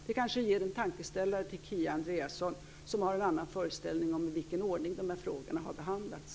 Det kanske ger en tankeställare till Kia Andreasson, som har en annan föreställning om i vilken ordning de här frågorna har behandlats.